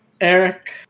Eric